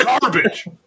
Garbage